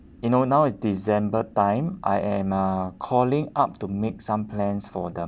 you know now is december time I am uh calling up to make some plans for the